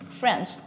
friends